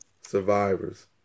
survivors